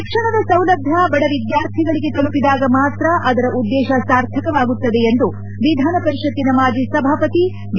ಶಿಕ್ಷಣದ ಸೌಲಭ್ಞ ಬಡವಿದ್ಯಾರ್ಥಿಗಳಿಗೆ ತಲುಪಿದಾಗ ಮಾತ್ರ ಅದರ ಉದ್ದೇಶ ಸಾರ್ಥಕವಾಗುತ್ತದೆ ಎಂದು ವಿಧಾನಪರಿಷತ್ತಿನ ಮಾಜಿ ಸಭಾಪತಿ ಡಿ